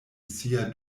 sia